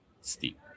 steep